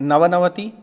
नवनवतिः